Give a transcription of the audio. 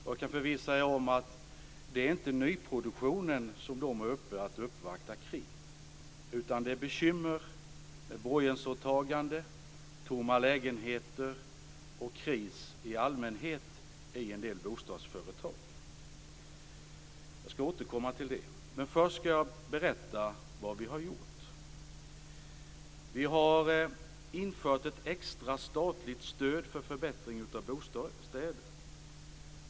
Jag kan förvissa er om att det inte är nyproduktionen de uppvaktar mig om, utan det gäller bekymmer med borgensåtaganden, tomma lägenheter och kris i allmänhet i en del bostadsföretag. Jag skall återkomma till det, men först skall jag berätta vad vi har gjort. Vi har infört ett extra statligt stöd för förbättring av bostäder.